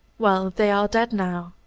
well, they are dead now,